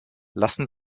lassen